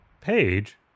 page